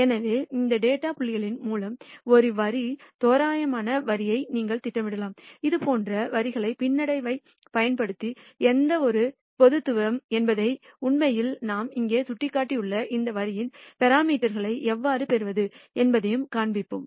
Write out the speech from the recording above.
எனவே இந்த டேட்டா புள்ளிகளின் மூலம் ஒரு வரி தோராயமான வரியை நீங்கள் திட்டமிடலாம் இதுபோன்ற வரிகளை பின்னடைவைப் பயன்படுத்தி எவ்வாறு பொருத்துவது என்பதையும் உண்மையில் நாம் இங்கே சுட்டிக்காட்டியுள்ள இந்த வரியின் பராமீட்டர்களை எவ்வாறு பெறுவது என்பதையும் காண்பிப்போம்